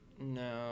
No